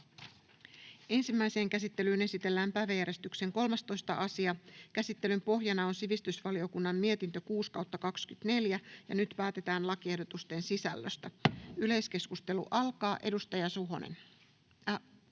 Ensimmäiseen käsittelyyn esitellään päiväjärjestyksen 13. asia. Käsittelyn pohjana on sivistysvaliokunnan mietintö SiVM 6/2024 vp. Nyt päätetään lakiehdotuksen sisällöstä. — Yleiskeskustelu alkaa. Edustaja Suhonen.